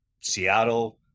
Seattle